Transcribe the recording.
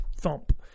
thump